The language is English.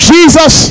Jesus